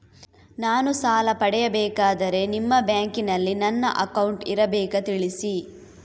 ನಾನು ಸಾಲ ಪಡೆಯಬೇಕಾದರೆ ನಿಮ್ಮ ಬ್ಯಾಂಕಿನಲ್ಲಿ ನನ್ನ ಅಕೌಂಟ್ ಇರಬೇಕಾ ತಿಳಿಸಿ?